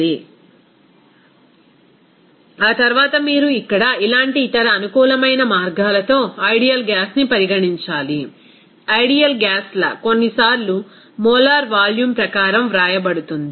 refer slide టైం0723 ఆ తర్వాత మీరు ఇక్కడ ఇలాంటి ఇతర అనుకూలమైన మార్గాలతో ఐడియల్ గ్యాస్ లా ని పరిగణించాలి ఐడియల్ గ్యాస్ లా కొన్నిసార్లు మోలార్ వాల్యూమ్ ప్రకారం వ్రాయబడుతుంది